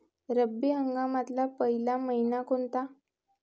रब्बी हंगामातला पयला मइना कोनता?